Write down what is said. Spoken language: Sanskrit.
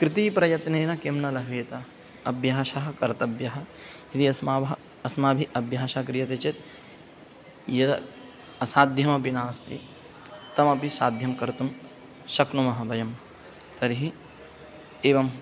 कृतिप्रयत्नेन किं न लभेत अभ्यासः कर्तव्यः इति अस्माभिः अभ्यासः क्रियते चेत् यद् असाध्यमपि नास्ति तमपि साध्यं कर्तुं शक्नुमः वयं तर्हि एवं